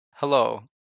Hello